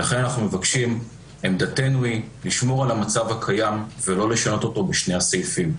ולכן עמדתנו היא לשמור על המצב הקיים ולא לשנות אותו בשני הסעיפים.